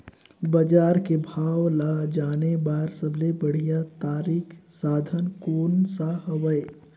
बजार के भाव ला जाने बार सबले बढ़िया तारिक साधन कोन सा हवय?